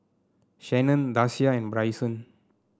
Shanon Dasia and Bryson